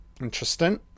Interesting